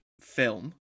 film